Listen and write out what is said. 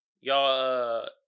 y'all